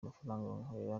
amafaranga